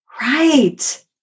Right